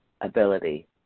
ability